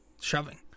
shoving